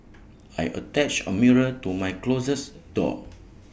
I attached A mirror to my closes door